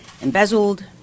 embezzled